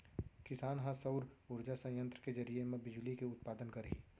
किसान ह सउर उरजा संयत्र के जरिए म बिजली के उत्पादन करही